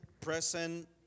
present